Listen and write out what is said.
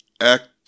act